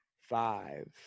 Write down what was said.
five